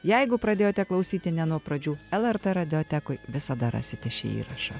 jeigu pradėjote klausyti ne nuo pradžių lrt radiotekoj visada rasite šį įrašą